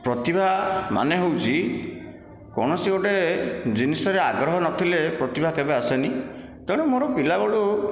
ପ୍ରତିଭା ମାନେ ହେଉଛି କୌଣସି ଗୋଟିଏ ଜିନିଷରେ ଆଗ୍ରହ ନଥିଲେ ପ୍ରତିଭା କେବେ ଆସେନି ତେଣୁ ମୋର ପିଲାବେଳୁ